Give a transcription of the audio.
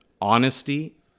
honesty